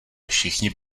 všichni